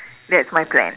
that's my plan